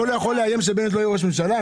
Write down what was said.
אבל הוא יכול לאיים שבנט לא יהיה ראש ממשלה?